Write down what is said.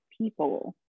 people